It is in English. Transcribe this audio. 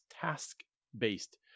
task-based